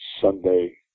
Sunday